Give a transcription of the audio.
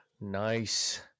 Nice